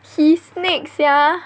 he snake sia